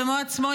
במו עצמו,